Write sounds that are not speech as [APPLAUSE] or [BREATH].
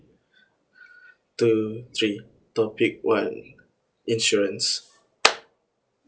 [BREATH] two three topic one insurance